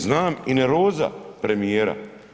Znam i nervoza premijera.